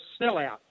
sellout